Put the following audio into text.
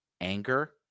Anger